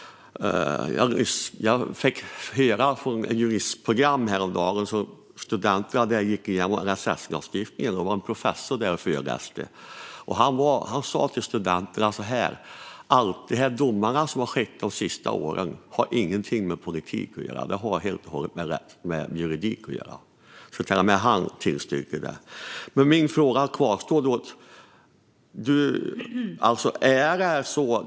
Jag fick häromdagen höra när studenter på juristprogrammet gick igenom LSS. Det var en professor där som föreläste. Han sa så här till studenterna: De senaste årens domar har ingenting med politik att göra. De har helt och hållet med juridik att göra. Till och med han tillstyrker alltså det. Min fråga kvarstår.